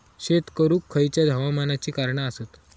शेत करुक खयच्या हवामानाची कारणा आसत?